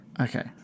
Okay